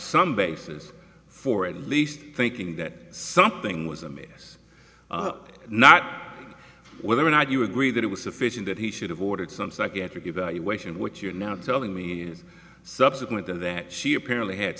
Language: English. some basis for at least thinking that something was amiss not whether or not you agree that it was sufficient that he should have ordered some psychiatric evaluation which you're now telling me subsequent to that she apparently had